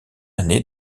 année